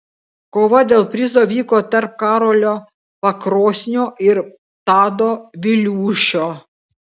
kova dėl prizo vyko tarp karolio pakrosnio ir tado viliūšio